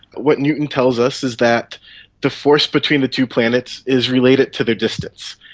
what newton tells us is that the force between the two planets is related to their distance.